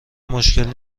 مشکلی